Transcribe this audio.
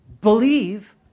believe